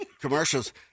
commercials